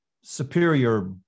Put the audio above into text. superior